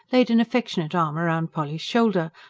laid an affectionate arm round polly's shoulder,